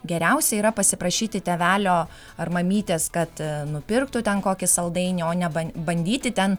geriausia yra pasiprašyti tėvelio ar mamytės kad nupirktų ten kokį saldainį o ne bandyti ten